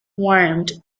warmed